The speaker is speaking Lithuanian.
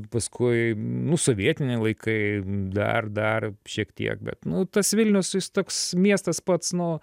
paskui nu sovietiniai laikai dar dar šiek tiek bet nu tas vilnius jis toks miestas pats nu